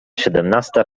siedemnasta